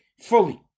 fully